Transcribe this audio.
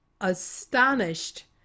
astonished